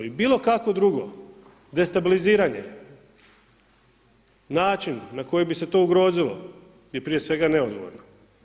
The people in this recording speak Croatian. I bilo kako drugo destabiliziranje način na koji bi se to ugrozilo je prije svega ne odgovorno.